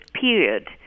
period